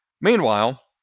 Meanwhile